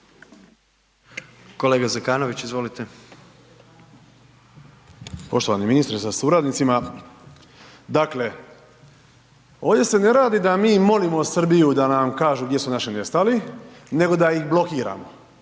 **Zekanović, Hrvoje (HRAST)** Poštovani ministre sa suradnicima, dakle ovdje se ne radi da mi molimo Srbiju da nam kažu gdje su naši nestali, nego da ih blokiramo